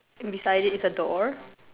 and beside it's a door